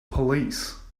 police